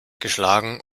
geschlagen